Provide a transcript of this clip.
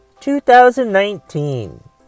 2019